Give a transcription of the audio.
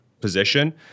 position